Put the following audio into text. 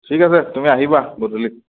ঠিক আছে তুমি আহিবা গধূলি